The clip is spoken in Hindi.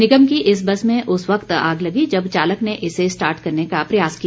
निगम की इस बस में उस वक्त आग लगी जब चालक ने इसे स्टार्ट करने का प्रयास किया